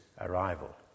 arrival